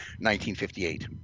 1958